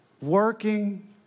working